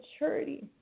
maturity